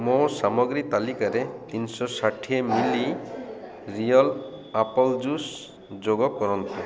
ମୋ ସାମଗ୍ରୀ ତାଲିକାରେ ତିନିଶହ ଷାଠିଏ ମିଲି ରିଅଲ୍ ଆପଲ୍ ଜୁସ୍ ଯୋଗ କରନ୍ତୁ